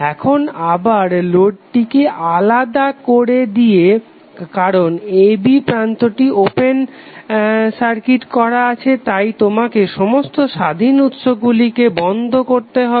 এখন আবার লোডটিকে আলাদা করে দিয়ে কারণ a b প্রান্তটি ওপেন সার্কিট করা আছে তাই তোমাকে সমস্ত স্বাধীন উৎসগুলিকে বন্ধ করতে হবে